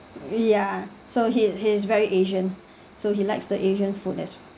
ya so he's he's very asian so he likes the asian food as